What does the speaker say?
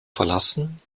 verlassen